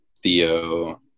Theo